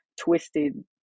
twisted